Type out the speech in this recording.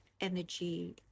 energy